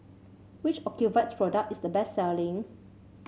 which Ocuvite product is the best selling